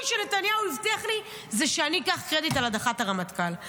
שנתניהו הבטיח לי הוא שאני אקח קרדיט על הדחת הרמטכ"ל?